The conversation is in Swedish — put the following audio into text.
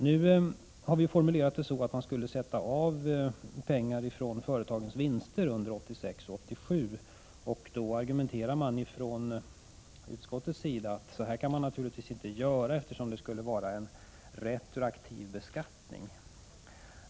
Nu har vi formulerat det så att pengar skulle avsättas från företagens vinster under 1986 och 1987. Från utskottets sida sägs då att så kan man naturligtvis inte göra, eftersom det skulle vara retroaktiv beskattning.